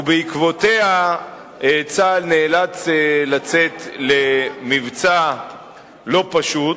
ובעקבותיה צה"ל נאלץ לצאת למבצע לא פשוט.